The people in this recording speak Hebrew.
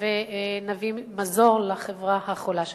ונביא מזור לחברה החולה שלנו.